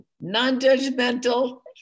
non-judgmental